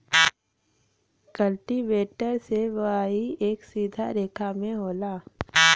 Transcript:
cultivator से बोवाई एक सीधा रेखा में होला